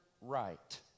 Right